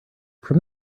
from